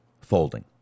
folding